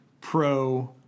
pro